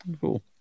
Cool